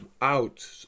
out